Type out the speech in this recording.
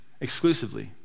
exclusively